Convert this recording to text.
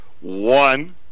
One